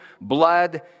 blood